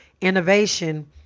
innovation